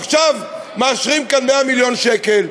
עכשיו מאשרים כאן מאה מיליון שקל,